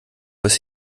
bis